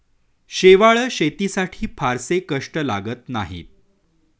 शेवाळं शेतीसाठी फारसे कष्ट लागत नाहीत